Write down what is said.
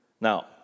Now